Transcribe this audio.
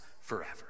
forever